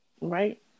Right